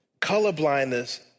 colorblindness